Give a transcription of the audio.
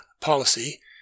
policy